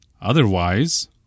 otherwise